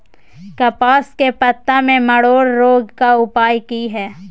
कपास के पत्ता में मरोड़ रोग के उपाय की हय?